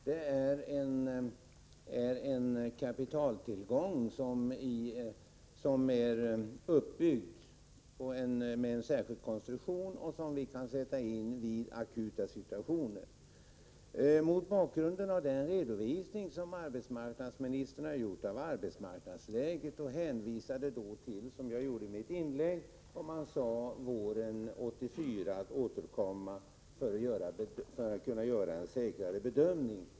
Det är en kapitaltillgång med en särskilt konstruktion, och den kan sättas in vid akuta behov. Arbetsmarknadsministern har tidigare lämnat en redovisning av arbetsmarknadsläget och ville då, som jag sade i mitt inlägg, återkomma hösten 1984 för att kunna göra en säkrare bedömning.